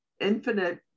infinite